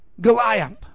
Goliath